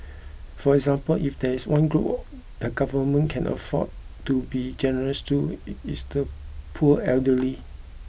for example if there is one group the government can afford to be generous to it is the poor elderly